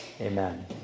Amen